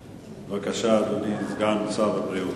בבקשה, אדוני סגן שר הבריאות.